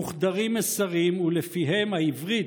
מוחדרים מסרים שלפיהם העברית,